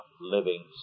living